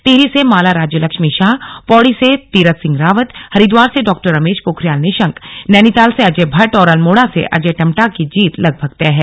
टिहरी से माला राज्यलक्ष्मी शाह पौड़ी से तीरथ सिंह रावत हरिद्वार से डॉ रमेश पोखरियाल निशंक नैनीताल से अजय भट्ट और अल्मोड़ा से अजय टम्टा की जीत लगभग तय है